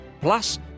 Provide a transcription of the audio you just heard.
Plus